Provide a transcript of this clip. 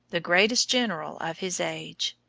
the greatest general of his age.